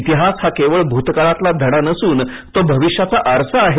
इतिहास हा केवळ भूतकाळातला धडा नसून तो भविष्याचा आरसा आहे